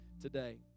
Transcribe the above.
today